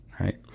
Right